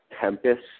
Tempest